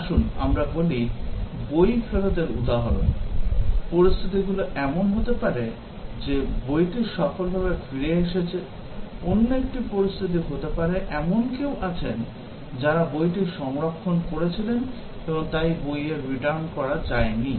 আসুন আমরা বলি বই ফেরতের উদাহরণ পরিস্থিতিগুলি এমন হতে পারে যে বইটি সফলভাবে ফিরে এসেছে অন্য একটি পরিস্থিতি হতে পারে এমন কেউ আছেন যাঁরা বইটি সংরক্ষণ করেছিলেন এবং তাই বইয়ের রিটার্ন করা যায়নি